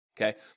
Okay